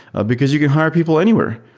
because you can hire people anywhere.